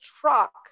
truck